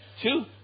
Two